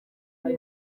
hari